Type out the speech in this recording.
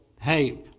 Hey